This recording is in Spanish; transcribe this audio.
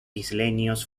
isleños